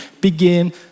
begin